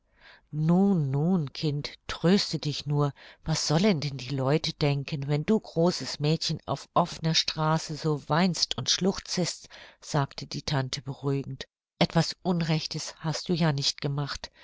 nun nun kind tröste dich nur was sollen denn die leute denken wenn du großes mädchen auf offner straße so weinst und schluchzest sagte die tante beruhigend etwas unrechtes hast du ja nicht gemacht